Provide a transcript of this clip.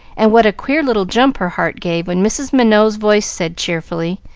and what a queer little jump her heart gave when mrs. minot's voice said, cheerfully,